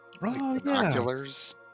binoculars